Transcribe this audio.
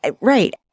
right